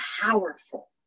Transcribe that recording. powerful